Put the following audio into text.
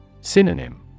Synonym